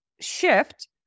shift